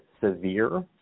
severe